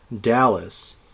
Dallas